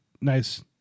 nice